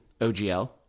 OGL